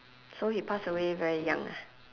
so he pass away very young ah